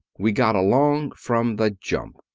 we got along from the jump.